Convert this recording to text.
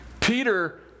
Peter